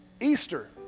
Easter